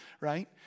right